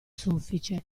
soffice